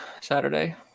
Saturday